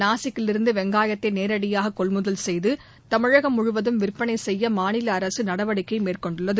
நாசிக்கிலிருந்து வெங்காயத்தை நேரடியாக கொள்முதல் செய்து தமிழகம் முழுவதும் விற்பனை செய்ய மாநில அரசு நடவடிக்கை மேற்கொண்டுள்ளது